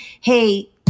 hey